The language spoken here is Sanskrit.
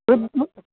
वृद्